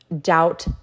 doubt